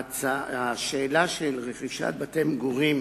השאלה של רכישת בתי-מגורים